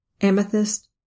amethyst